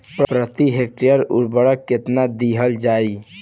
प्रति हेक्टेयर उर्वरक केतना दिहल जाई?